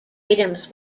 items